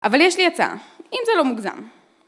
אבל יש לי הצעה, אם זה לא מוגזם.